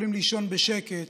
יכולים לישון בשקט